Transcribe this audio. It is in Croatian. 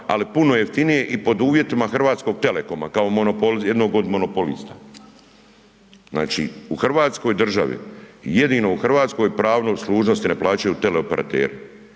ali puno jeftinije i pod uvjetima Hrvatskog telekoma kao jednog od monopolista. Znači, u Hrvatskoj državi jedino u Hrvatskoj pravo služnosti ne plaćaju teleoperateri.